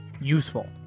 useful